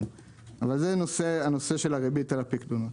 אבל זה הנושא של הריבית על הפיקדונות.